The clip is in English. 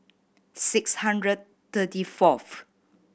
six hundred thirty fourth